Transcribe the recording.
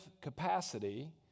capacity